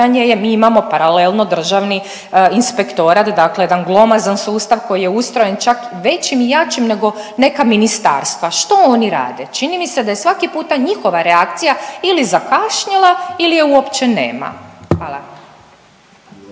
je, jer mi imamo paralelno Državni inspektorat, dakle jedan glomazan sustav koji je ustrojen čak većim i jačim nego neka ministarstva. Što oni rade? Čini mi se da je svaki puta njihova reakcija ili zakašnjela ili je uopće nema. Hvala.